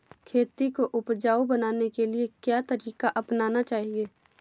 खेती को उपजाऊ बनाने के लिए क्या तरीका अपनाना चाहिए?